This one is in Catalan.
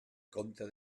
comte